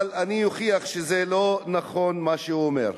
אני אוכיח שזה לא נכון מה שהוא אומר.